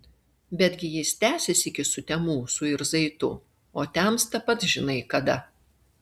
betgi jis tęsis iki sutemų suirzai tu o temsta pats žinai kada